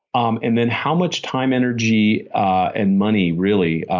um and then how much time, energy and money, really,